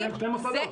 יש מגרשים שונים.